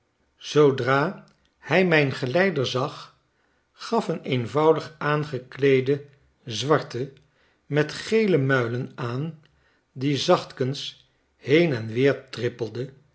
zoodra hij mijn geleider zag gaf een eenvoudig aangekleede zwarte met gele muilen aan die zachtkens heen en weer trippelde